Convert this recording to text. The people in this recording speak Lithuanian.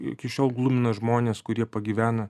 iki šiol glumina žmonės kurie pagyvena